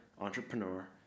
entrepreneur